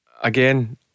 Again